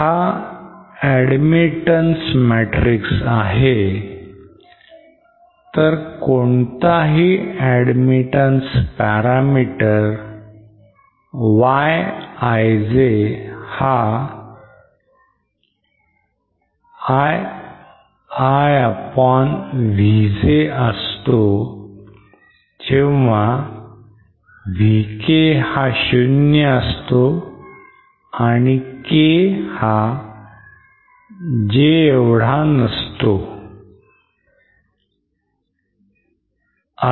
हा admittance matrix आहे तर कोणताही admittance parameter Y ij हा I i upon Vj असतो जेव्हा Vk 0 आणि k not equal to J